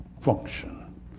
function